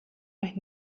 euch